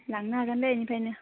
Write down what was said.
लांनो हागोन दे बेनिफ्रायनो